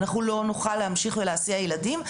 אנחנו לא נוכל להמשיך ולהסיע ילדים.